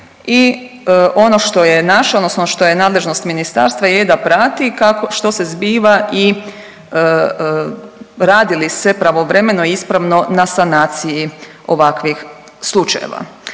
i ono što je naša odnosno što je nadležnost ministarstva je da prati kako, što se zbiva i radi li se pravovremeno i ispravno na sanaciji ovakvih slučajeva.